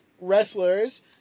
wrestlers